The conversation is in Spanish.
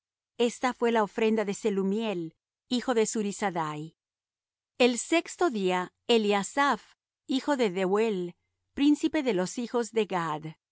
esta fué la ofrenda de selumiel hijo de zurisaddai el sexto día eliasaph hijo de dehuel príncipe de los hijos de gad